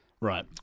Right